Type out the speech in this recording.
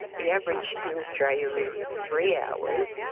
the average in australia is three hours,